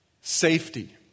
Safety